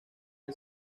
del